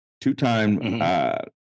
two-time